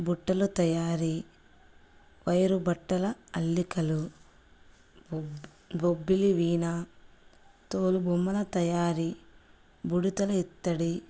బుట్టల తయారీ వైరు బట్టల అల్లికలు బొ బొబ్బిలి వీణ తోలు బొమ్మల తయారీ బుడుతల ఇత్తడి